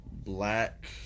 Black